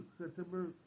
September